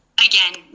again,